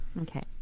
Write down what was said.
Okay